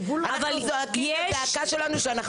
אבל אנחנו זועקים את הזעקה שלנו.